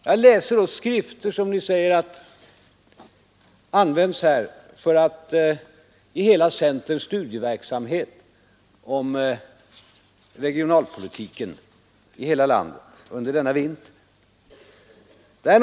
Jag har tagit del av en studiehandledning som används inom centerns studieverksamhet om regionalpolitik i hela landet under denna vinter.